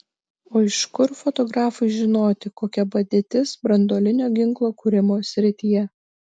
o iš kur fotografui žinoti kokia padėtis branduolinio ginklo kūrimo srityje